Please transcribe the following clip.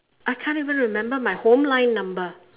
I can't even remember my home line number